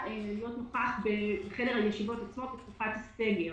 להיות נוכח בחדר הישיבות עצמו בתקופת הסגר.